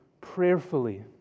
prayerfully